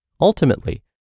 Ultimately